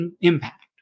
impact